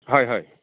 হয় হয়